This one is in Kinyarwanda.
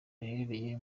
riherereye